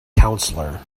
counselor